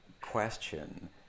question